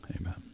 amen